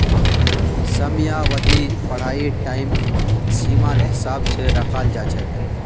समयावधि पढ़ाईर टाइम सीमार हिसाब स रखाल जा छेक